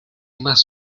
más